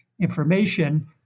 information